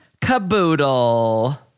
caboodle